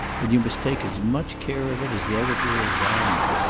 and you must take as much care of it as though it were a diamond.